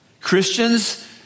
Christians